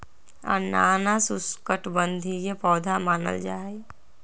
अनानास उष्णकटिबंधीय पौधा मानल जाहई